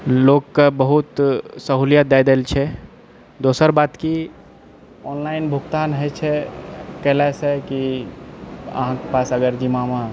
लोककेँ बहुत सहूलियत दए देल छै दोसर बात की ऑनलाइन भुगतान होइत छै कएलासँ कि अहाँकऽ पास अगर जिमामे